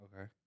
Okay